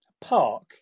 Park